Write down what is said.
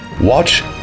Watch